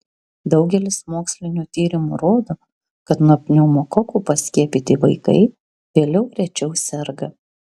daugelis mokslinių tyrimų rodo kad nuo pneumokokų paskiepyti vaikai vėliau rečiau serga